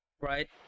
right